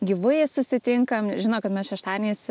gyvai susitinkam žino kad mes šeštadieniais